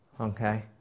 Okay